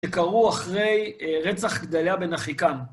שקרו אחרי רצח גדליה בן אחיקם